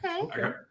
Okay